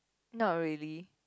not really